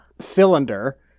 cylinder